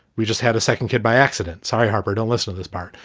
we just had a second kid by accident. so i harbored a lesson of this part.